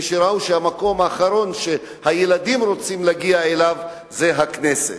וראו שהמקום האחרון שהילדים רוצים להגיע אליו זה הכנסת,